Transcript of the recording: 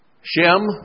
Shem